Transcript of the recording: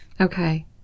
Okay